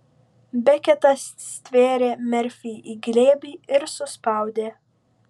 beketas stvėrė merfį į glėbį ir suspaudė